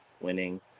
winning